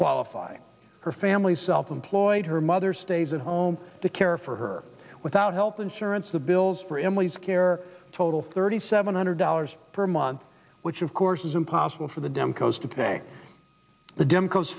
qualify her family self employed her mother stays at home to care for her without health insurance the bills for emily's care total thirty seven hundred dollars per month which of course is impossible for the dems coast to pay the